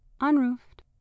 unroofed